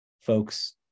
folks